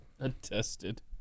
Attested